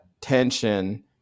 tension